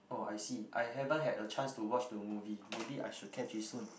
oh I see I haven't had a chance to watch the movie maybe I should catch it soon